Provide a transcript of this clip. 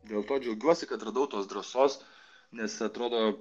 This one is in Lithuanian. dėl to džiaugiuosi kad radau tos drąsos nes atrodo